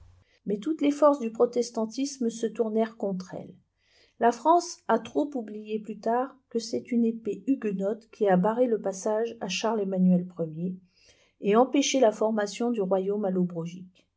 mais toutes les forces du protestantisme se tournèrent contre elle la france a trop oublié plus tard que c'est une épée huguenote qui a barré le passage à charlesemmanuel i et empêché la formation du royaume